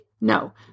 No